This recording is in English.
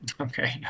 okay